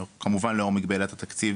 כמובן לאור מגבלת התקציב